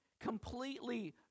completely